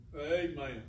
amen